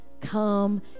come